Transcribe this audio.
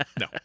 No